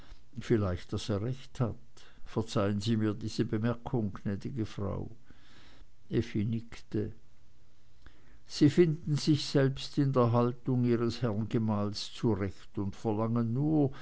vielleicht daß er recht hat verzeihen sie mir diese bemerkung gnädige frau effi nickte sie finden sich selbst in der haltung ihres herrn gemahls zurecht und verlangen nur